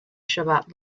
shabbat